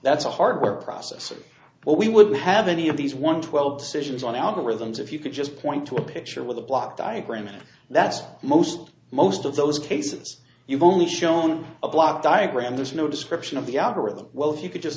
that's a hardware process but we wouldn't have any of these one twelve decisions on algorithms if you could just point to a picture with a block diagram that's most most of those cases you've only shown a block diagram there's no description of the algorithm well if you could just